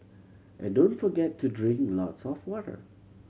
and don't forget to drink lots of water